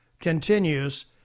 continues